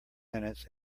minutes